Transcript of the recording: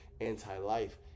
anti-life